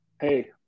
Hey